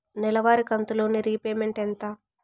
నెలవారి కంతు loan repayment ఎంత?